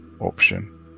option